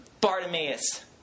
Bartimaeus